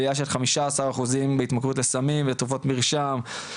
עלייה של 15 אחוזים בהתמכרות לסמים ולתרופות מרשם,